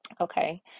okay